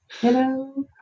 Hello